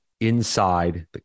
inside